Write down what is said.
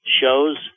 shows